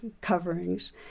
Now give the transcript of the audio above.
coverings